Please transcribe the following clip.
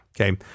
Okay